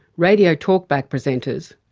radio talkback presenters,